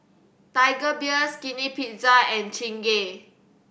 Tiger Beer Skinny Pizza and Chingay